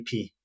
IP